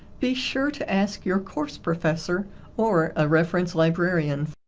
be sure to ask your course professor or a reference librarian.